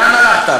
לאן הלכת?